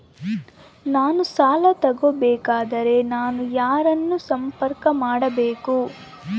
ನಾನು ಸಾಲ ತಗೋಬೇಕಾದರೆ ನಾನು ಯಾರನ್ನು ಸಂಪರ್ಕ ಮಾಡಬೇಕು?